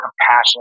compassion